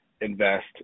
invest